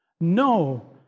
No